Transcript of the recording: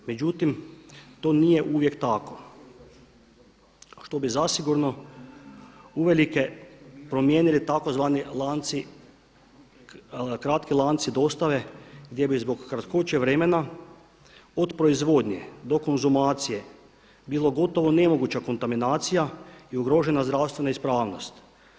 Međutim, to nije uvijek tako, a što bi zasigurno uvelike promijenili tzv. kratki lanci dostave gdje bi zbog kratkoće vremena od proizvodnje do konzumacije bilo gotovo nemoguća kontaminacija i ugrožena zdravstvena ispravnost.